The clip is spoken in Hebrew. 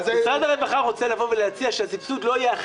אז --- שמשרד הרווחה יבוא ויציע רגע,